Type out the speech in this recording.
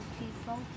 people